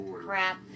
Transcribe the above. crap